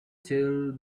till